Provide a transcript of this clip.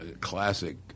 classic